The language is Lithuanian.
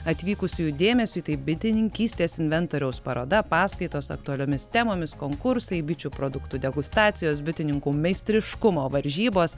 atvykusiųjų dėmesiui tai bitininkystės inventoriaus paroda paskaitos aktualiomis temomis konkursai bičių produktų degustacijos bitininkų meistriškumo varžybos